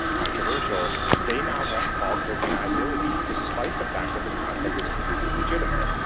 controversial, they now have plausible deniability, despite the fact that the content is completely legitimate.